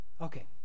Okay